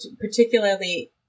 particularly